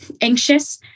anxious